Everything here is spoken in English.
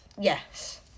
Yes